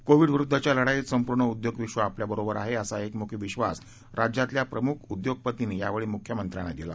कोविडविरुद्धच्या लढाईत संपूर्ण उद्योग विश्व आपल्याबरोबर आहे असा एकमुखी विश्वास राज्यातल्या प्रमुख उद्योगपतींनी यावेळी मुख्यमंत्र्यांना दिला